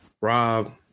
Rob